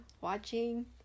watching